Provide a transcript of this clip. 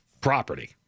property